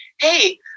Hey